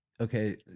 Okay